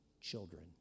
children